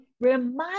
remind